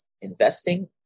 investing